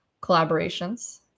collaborations